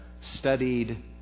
studied